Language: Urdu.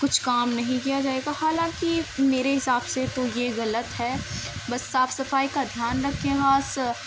کچھ کام نہیں کیا جائے گا حالانکہ میرے حساب سے تو یہ غلط ہے بس صاف صفائی کا دھیان رکھیں خاص